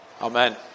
Amen